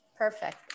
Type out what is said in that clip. Perfect